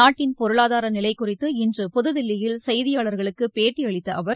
நாட்டின் பொருளாதார நிலை குறித்து இன்று புதுதில்லியில் செய்தியாளர்களுக்கு பேட்டியளித்த அவர்